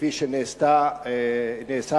כפי שנעשה הפינוי,